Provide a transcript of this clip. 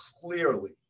clearly –